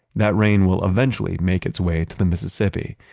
that rain will eventually make its way to the mississippi,